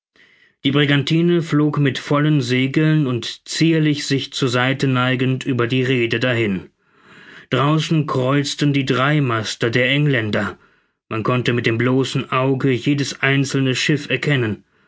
die brigantine flog mit vollen segeln und zierlich sich zur seite neigend über die rhede dahin draußen kreuzten die dreimaster der engländer man konnte mit dem bloßen auge jedes einzelne schiff erkennen